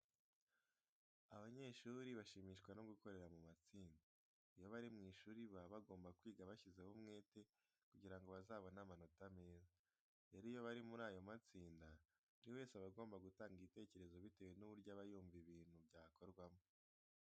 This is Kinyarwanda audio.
Abanyeshuri bashimishwa no gukorera mu matsinda. Iyo bari mu ishuri baba bagomba kwiga bashyizeho umwete kugira ngo bazabone amanota meza. Rero iyo bari muri ayo matsinda, buri wese aba agomba gutanga igitekerezo bitewe n'uburyo aba yumva ibintu byakorwamo.